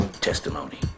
testimony